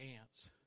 ants